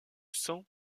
sang